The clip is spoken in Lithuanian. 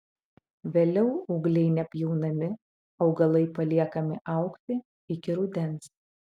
vėliau ūgliai nepjaunami augalai paliekami augti iki rudens